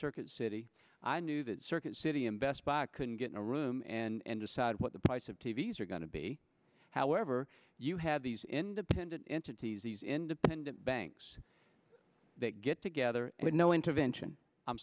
circuit city i knew that circuit city and best buy couldn't get in a room and decide what the price of tv's are going to be however you have these independent entities these independent banks that get together with no intervention i'm